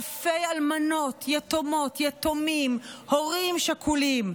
אלפי אלמנות, יתומות, יתומים, הורים שכולים.